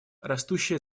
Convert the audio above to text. растущая